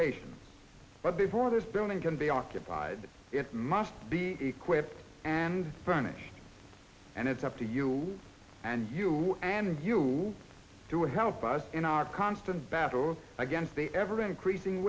patients but before this building can be occupied it must be quiet and furnished and it's up to you and you and you to help us in our constant battle against the ever increasing